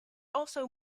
also